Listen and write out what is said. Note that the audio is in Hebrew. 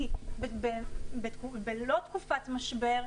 כי בתקופה שלא היה משבר,